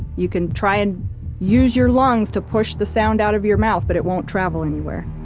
you can try and use your lungs to push the sound out of your mouth but it won't travel anywhere